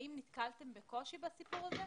האם נתקלתם בקושי בסיפור הזה?